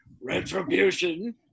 Retribution